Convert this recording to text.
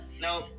No